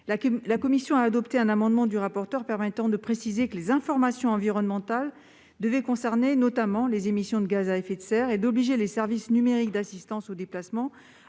La commission a adopté un amendement du rapporteur visant à préciser que les informations environnementales devaient notamment concerner les émissions de gaz à effet de serre et à obliger les services numériques d'assistance aux déplacements à